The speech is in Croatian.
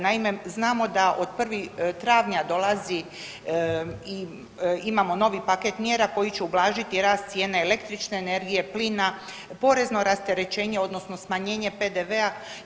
Naime, znamo da od 1. travnja dolazi, imamo novi paket mjera koji će ublažiti rast cijene električne energije, plina, porezno rasterećenje, odnosno smanjenje PDV-a.